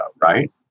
right